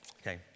Okay